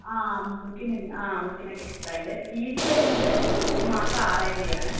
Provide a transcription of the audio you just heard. ആ ബുക്കിന് ആ ബുക്കിന് ഒക്കെ എക്സ്ട്രാ ഉണ്ട് ഫീസ് വരുന്നത് ഒരു മാസം ആറായിരം രൂപ ആണ്